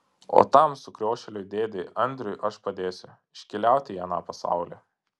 o tam sukriošėliui dėdei andriui aš padėsiu iškeliauti į aną pasaulį